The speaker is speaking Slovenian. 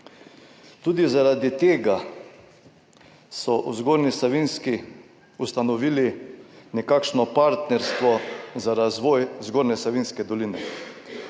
Tudi zaradi tega so v Zgornji Savinjski ustanovili nekakšno partnerstvo za razvoj Zgornje Savinjske doline.